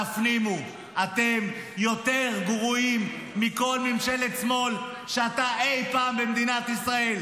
תפנימו: אתם יותר גרועים מכל ממשלת שמאל שהייתה אי פעם במדינת ישראל.